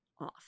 off